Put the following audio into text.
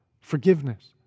Forgiveness